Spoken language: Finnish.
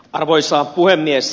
arvoisa puhemies